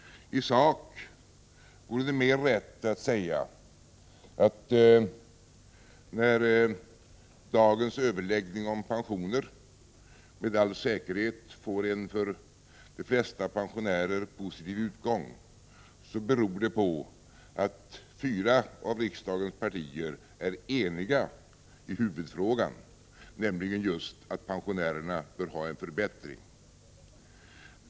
I sak vore det dock mer rätt att säga att orsaken till att dagens överläggning om pensioner med all säkerhet får en för de flesta pensionärer positiv utgång är att fyra av riksdagens partier är eniga i huvudfrågan, nämligen just att pensionärerna bör få en förbättring.